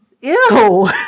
ew